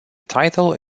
title